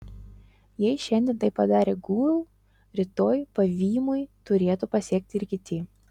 jei šiandien tai padarė gūgl rytoj pavymui turėtų pasekti ir kiti